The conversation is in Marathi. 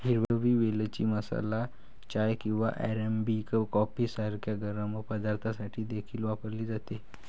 हिरवी वेलची मसाला चाय किंवा अरेबिक कॉफी सारख्या गरम पदार्थांसाठी देखील वापरली जाते